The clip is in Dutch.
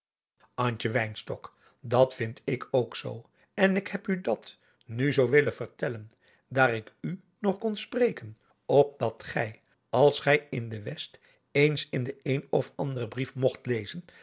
dat vind ik ook zoo en ik heb u dat nu zoo willen vertellen daar ik u adriaan loosjes pzn het leven van johannes wouter blommesteyn nog kon spreken opdat gij als gij in de west eens in den een of anderen brief mogt lezen